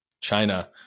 China